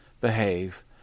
behave